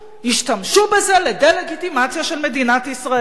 ישתמשו בזה לדה-לגיטימציה של מדינת ישראל.